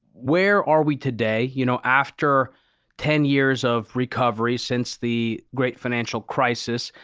where are we today? you know, after ten years of recovery since the great financial crisis,